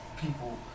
people